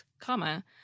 comma